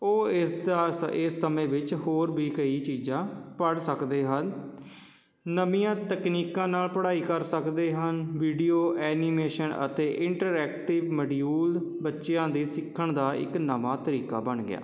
ਉਹ ਇਸ ਸਮੇਂ ਵਿੱਚ ਹੋਰ ਵੀ ਕਈ ਚੀਜ਼ਾਂ ਪੜ੍ਹ ਸਕਦੇ ਹਨ ਨਵੀਆਂ ਤਕਨੀਕਾਂ ਨਾਲ ਪੜ੍ਹਾਈ ਕਰ ਸਕਦੇ ਹਨ ਵੀਡੀਓ ਐਨੀਮੇਸ਼ਨ ਅਤੇ ਇੰਟਰੈਕਟਿਵ ਮਡਿਊਲ ਬੱਚਿਆਂ ਦੇ ਸਿੱਖਣ ਦਾ ਇੱਕ ਨਵਾਂ ਤਰੀਕਾ ਬਣ ਗਿਆ